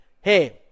hey